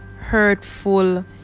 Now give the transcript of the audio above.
hurtful